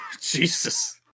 Jesus